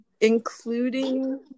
Including